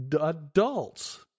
adults